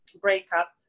breakup